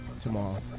tomorrow